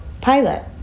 pilot